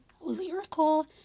lyrical